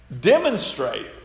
demonstrate